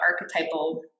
archetypal